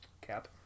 Cap